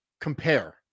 compare